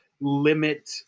limit